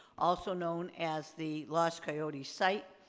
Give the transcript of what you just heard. also known as the los coyotes site,